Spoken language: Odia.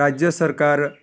ରାଜ୍ୟ ସରକାର